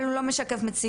אבל הוא לא משקף מציאות.